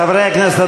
חברי הכנסת.